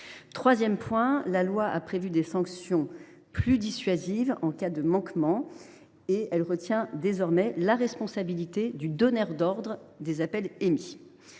Troisièmement, la loi a prévu des sanctions plus dissuasives en cas de manquement. Elle retient désormais la responsabilité du donneur d’ordre des appels émis.